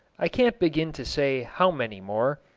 i can't begin to say how many more.